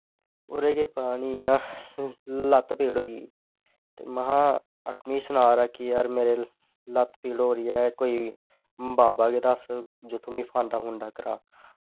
ओह्दे गै पता नी लत्त पीड़ होई ते महां मिगी सना दा हा मेरे लत्त पीड़ होआ दी ऐ कोई बाबा गै दस्स जित्थूं में फांडा फूंडा करां